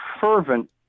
fervent